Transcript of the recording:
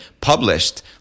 published